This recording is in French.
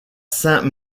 saint